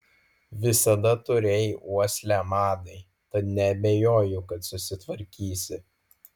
visada turėjai uoslę madai tad neabejoju kad susitvarkysi